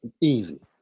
Easy